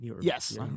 Yes